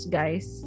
guys